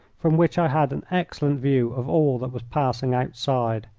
from which i had an excellent view of all that was passing outside.